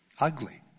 ugly